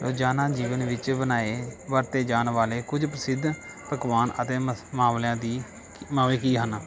ਰੋਜ਼ਾਨਾ ਜੀਵਨ ਵਿੱਚ ਬਣਾਏ ਵਰਤੇ ਜਾਣ ਵਾਲੇ ਕੁਝ ਪ੍ਰਸਿੱਧ ਪਕਵਾਨ ਅਤੇ ਮਸ ਮਾਮਲਿਆਂ ਦੀ ਮਾਮਲੇ ਕੀ ਹਨ